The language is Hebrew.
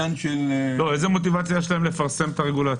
איזה מוטיבציה יש להם לפרסם את הרגולציה?